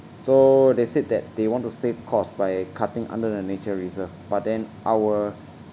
so they said that they want to save costs by cutting under the nature reserve but then our